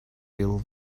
and